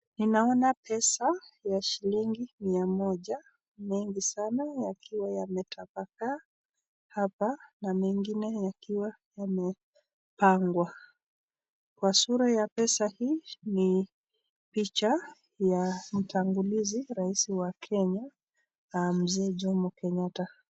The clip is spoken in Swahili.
Ninaona pesa ya shilingi mia moja nyingi sana yakiwa yametapakaa hapa na mengine yakiwa yamepangwa. Kwa sura ya pesa hii ni picha ya mtangulizi raisi wa Kenya Mzee Jomo Kenyatta.